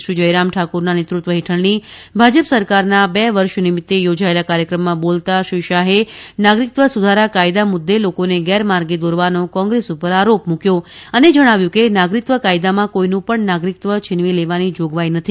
શ્રીજયરામ ઠાકુરના નેતૃત્વ હેઠળની ભાજપ સરકારનાં બે વર્ષ નિમિત્તે યોજાયેલા કાર્યક્રમમાં બોલતાં શ્રી શાહે નાગરિકત્વ સુધારા કાયદા મુદ્દે લોકોને ગેરમાર્ગે દોરવાનો કોંગ્રેસ પર આરોપ મૂક્યો અને જણાવ્યું કે નાગરિકત્વ કાયદામાં કોઇનું પણ નાગરિકત્વ છીનવી લેવાની જોગવાઇ જ નથી